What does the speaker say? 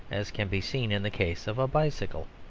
as can be seen in the case of a bicycle.